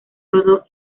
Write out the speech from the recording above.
rodó